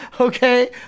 Okay